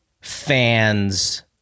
fans